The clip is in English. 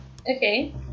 Okay